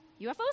UFO